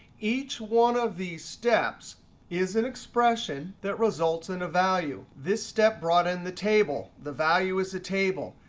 each one of these steps is an expression that results in a value. this step brought in the table. the value is the table.